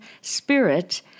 spirit